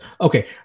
Okay